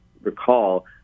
recall